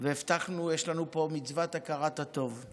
והבטחנו, יש לנו פה מצוות הכרת הטוב.